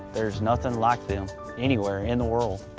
there's nothing like them anywhere in the world.